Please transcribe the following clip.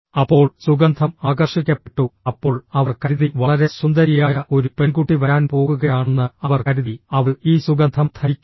അപ്പോൾ സുഗന്ധം ആകർഷിക്കപ്പെട്ടു അപ്പോൾ അവർ കരുതി വളരെ സുന്ദരിയായ ഒരു പെൺകുട്ടി വരാൻ പോകുകയാണെന്ന് അവർ കരുതി അവൾ ഈ സുഗന്ധം ധരിക്കുന്നു